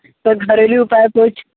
sir घरेलू उपाय कुछ